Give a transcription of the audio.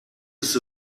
ist